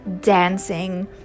dancing